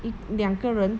两个人